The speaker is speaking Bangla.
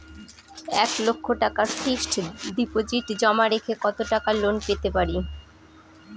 এক লক্ষ টাকার ফিক্সড ডিপোজিট জমা রেখে কত টাকা লোন পেতে পারি?